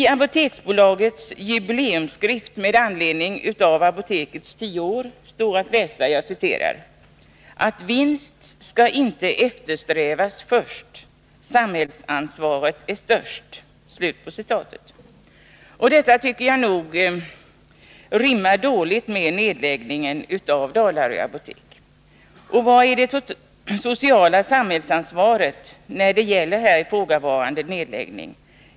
I Apoteksbolagets jubileumsskrift med anledning av att apoteket funnits i tio år står att läsa: ”att vinst ska inte eftersträvas först. Samhällsansvaret är störst.” Detta rimmar dåligt med nedläggningen av Dalarö apotek. Var finns det sociala samhällsansvaret när det gäller den här aktuella nedläggningen?